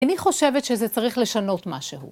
אני חושבת שזה צריך לשנות משהו.